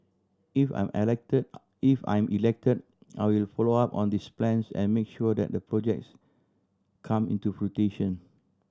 if I'm if I'm elected I will follow up on these plans and make sure that the projects come into fruition